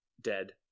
dead